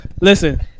listen